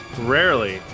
rarely